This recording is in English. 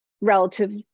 relative